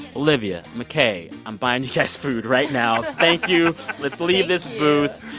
olivia, mckay, i'm buying you guys food right now thank you let's leave this booth.